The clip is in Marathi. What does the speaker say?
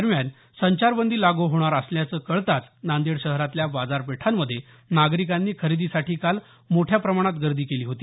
दरम्यान संचारबंदी लागू होणार असल्याच कळताच नांदेड शहरातल्या बाजापेठामध्ये नागरिकांनी खरेदीसाठी काल मोठ्या प्रमाणात गर्दी केली होती